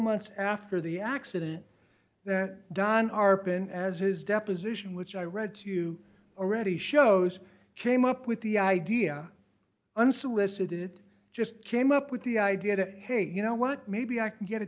months after the accident that don arpan as his deposition which i read to you already shows came up with the idea unsolicited just came up with the idea that hey you know what maybe i can get a